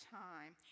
time